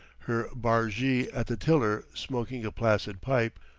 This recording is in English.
her bargee at the tiller smoking a placid pipe.